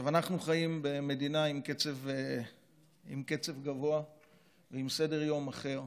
אנחנו חיים במדינה עם קצב גבוה ועם סדר-יום אחר,